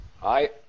Hi